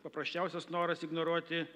paprasčiausias noras ignoruoti